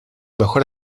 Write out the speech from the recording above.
mejor